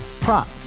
Prop